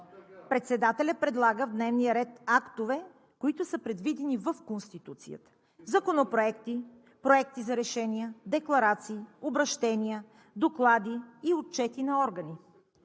Председателят предлага в дневния ред актове, които са предвидени в Конституцията – законопроекти, проекти за решения, декларации, обръщения, доклади и отчети на органи.